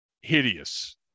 hideous